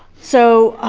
so,